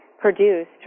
produced